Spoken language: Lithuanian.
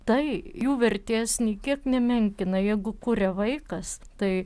tai jų vertės nė kiek nemenkina jeigu kuria vaikas tai